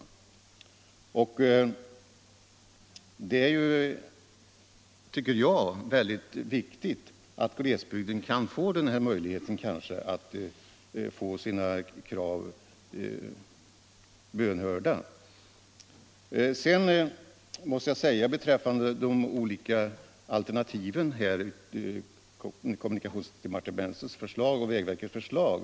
Jag tycker det är mycket viktigt att glesbygden har denna möjlighet att få sina krav tillgodosedda. Sedan till de olika alternativen — kommunikationsdepartementets förslag och vägverkets förslag.